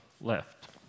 left